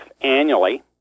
annually